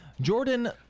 Jordan